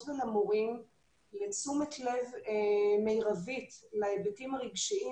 ולמורים לתת תשומת לב מרבית להיבטים הרגשיים.